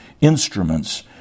instruments